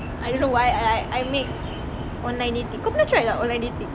I don't know why I like I make online dating kau pernah try tak online dating